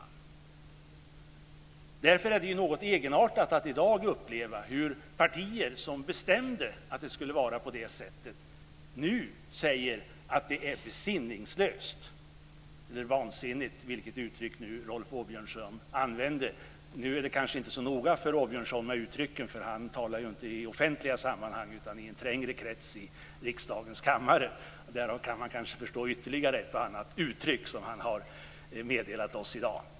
Därför är det något egenartat att i dag uppleva att partier som bestämde att det skulle vara på det sättet nu säger att det är besinningslöst eller vansinnigt, vilket uttryck Rolf Åbjörnsson nu använde. Nu är det kanske inte så noga för Åbjörnsson med uttrycken, för han talar ju inte i offentliga sammanhang utan i en trängre krets i riksdagens kammare. Därav kan man kanske förstå ytterligare ett och annat uttryck som han har meddelat oss i dag.